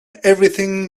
everything